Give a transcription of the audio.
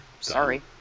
Sorry